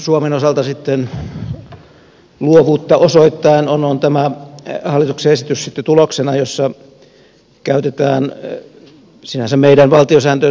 suomen osalta luovuutta osoittaen on sitten tuloksena tämä hallituksen esitys jossa käytetään sinänsä meidän valtiosääntöön sopivia instrumentteja